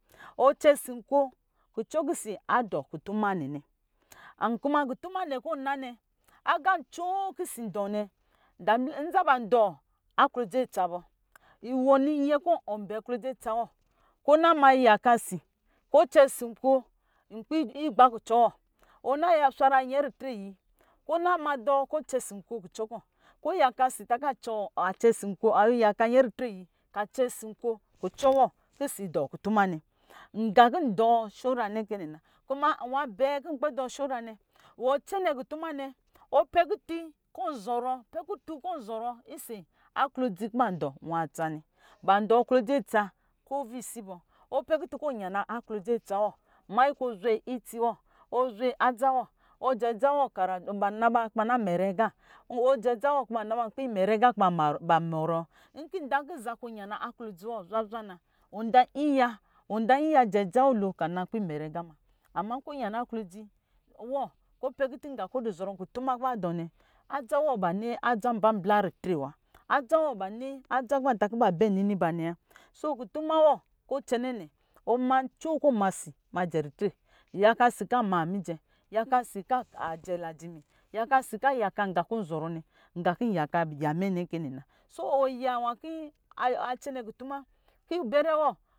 Ɔcɛnsi nko kucɔ kɔ osi adu kutuma nɛnɛ an kutuma ne kɔ na nɛ aqa ancoo kɔ osi ndɔɔ nɛ nzaban dɔɔ aglodzi atsa bɔ wɔ ninyɛ kɔ ɔbɛn agklodz atsa wɔ kɔ na yaka si kɔ cɛ si nko npi igba kucɔl wɔ na swara nyɛ ritre yikɔ na madɔ kɔ cɛnsi nko kucɔ kɔ kɔ ɔ yaka nyɛ ritre yi ka cɛsi nko kucɔ wɔ kucɔ kɔ adɔ kut manɛ nqa kɔ ndɔɔ shɔra ne kɛ nɛ na kuma nwa abɛɛ nkpɛ dɔɔ shɔra nɛ wɔ cɛnɛ kutuma nɛ ɔpɛ kutun ku ɔu ɔrɔ ɔsɔ aklodzi kɔ ba dɔɔ nwatsanɛ bandɔ aklodzi atsa ko visibɔ kɔ yana aklodzi atsa wɔ manyi kɔ zwe itsiwɔ ɔzwa adza wɔ ɔjɛ adza wɔ ba naba kɔ ba na zɔrɔ karatu ɔɔɛ adza nkpi imɛrɛ aqa ko ba na mɔrɔ nkɔ nda kɔ ɔ yana aklodzi wɔ zwazwa na wɔ da yiya cɛ dza wɔ lo kɔ ana nkpi imɛrɛ aqa mun ama nkɔ ɔyana aklodzi kɔ ɔpɛ kutun ga kɔ ɔzɔrɔ nkutuma kɔ ba dɔɔ nɛ adza wɔ banɔ adza mba nblaa ritre wa adza wɔ ba ni adza kɔ ba ta ɔ ba bɛ nba ne wa so kutuma wɔ kɔ cɛnɛnɛ ɔna ncoo kɔ ma si majɛ ritre yaka si ka ma mijɛ yaka si ka jɛ lajimi yaka si ka yaka nqa kɔ wɔnzɔ rɔ nɛ nga kɔ nyaka yamɛ nɛ kɛ nɛ na sowɔ yawa nkɔ ɔcɛnɛ kutu ma kɔ bɛrɛ wɔ